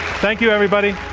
thank you, everybody.